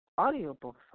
audiobook